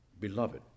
Beloved